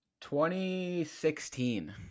2016